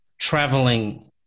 traveling